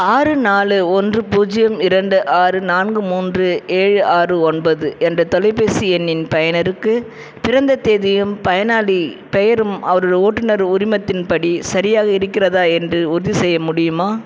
ஆறு நாலு ஒன்று பூஜ்யம் இரண்டு ஆறு நான்கு மூன்று ஏழு ஆறு ஒன்பது என்ற தொலைபேசி எண்ணின் பயனருக்கு பிறந்த தேதியும் பயனாளிப் பெயரும் அவருடய ஓட்டுனர் உரிமத்தின் படி சரியாக இருக்கிறதா என்று உறுதிசெய்ய முடியுமா